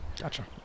Gotcha